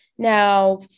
Now